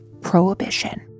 prohibition